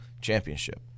championship